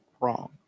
wrong